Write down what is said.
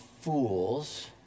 fools